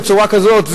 בצורה כזאת,